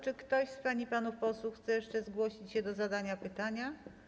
Czy ktoś z pań i panów posłów chce jeszcze zgłosić się do zadania pytania?